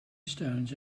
stones